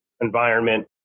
environment